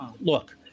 look